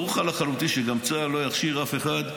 ברור לך לחלוטין שגם צה"ל לא יכשיר אף אחד,